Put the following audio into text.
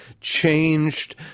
changed